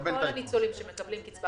כל הניצולים שמקבלים קצבה